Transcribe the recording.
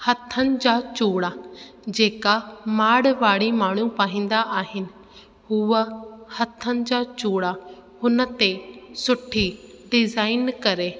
हथनि जा चूड़ा जेका मारवड़ी माण्हू पाईंदा आहिनि हुअ हथनि जा चूड़ा हुन ते सुठी डिज़ाईन करे